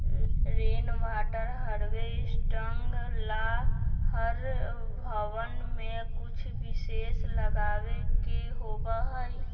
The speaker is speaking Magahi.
रेन वाटर हार्वेस्टिंग ला हर भवन में कुछ विशेष बनावे के होबा हई